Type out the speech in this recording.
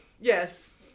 yes